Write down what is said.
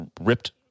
ripped